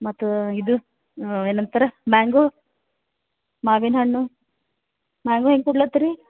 ಮತ್ತು ಇದು ಏನಂತಾರೆ ಮ್ಯಾಂಗೊ ಮಾವಿನಹಣ್ಣು ಮ್ಯಾಂಗೊ ಹೆಂಗೆ ಕೊಡ್ಲತ್ತೀರಿ